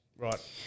Right